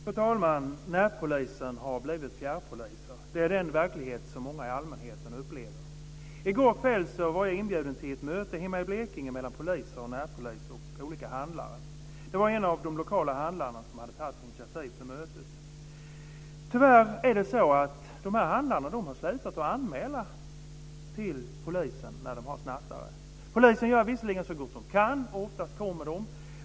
Fru talman! Närpoliser har blivit fjärrpoliser. Det är den verklighet som många i allmänheten upplever. I går kväll var jag inbjuden till ett möte hemma i Blekinge mellan poliser och närpoliser och olika handlare. Det var en av de lokala handlarna som hade tagit initiativ till mötet. Tyvärr har handlarna slutat anmäla snattare till polisen. Polisen gör visserligen så gott den kan, och oftast kommer den.